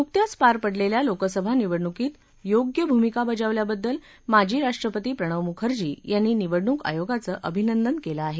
नुकत्याच पार पडलेल्या लोकसभा निवडणूकीत योग्य भूमिका बजावल्याबद्दल माजी राष्ट्रपती प्रणव मुखर्जी यांनी निवडणूक आयोगाचं अभिनंदन केलं आहे